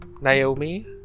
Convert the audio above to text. Naomi